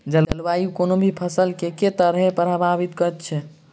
जलवायु कोनो भी फसल केँ के तरहे प्रभावित करै छै?